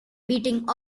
beating